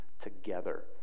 together